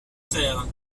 faire